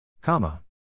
Comma